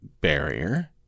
barrier –